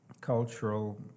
cultural